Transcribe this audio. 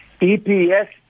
EPS